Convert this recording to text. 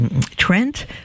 Trent